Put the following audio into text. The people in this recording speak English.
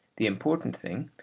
the important thing,